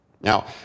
Now